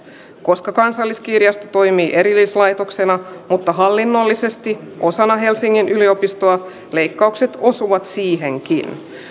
koska kansalliskirjasto toimii erillislaitoksena mutta hallinnollisesti osana helsingin yliopistoa leikkaukset osuvat siihenkin